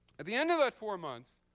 at the end of that four months,